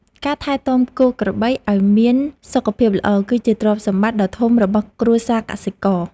ការថែទាំគោក្របីឱ្យមានសុខភាពល្អ គឺជាទ្រព្យសម្បត្តិដ៏ធំរបស់គ្រួសារកសិករ។